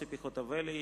ציפי חוטובלי,